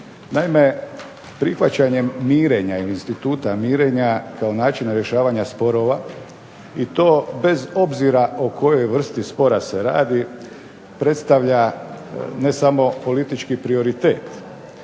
mirenja, ili instituta mirenja kao načina rješavanja sporova i to bez obzira o kakvoj se vrsti spora radi, predstavlja ne samo politički prioritet,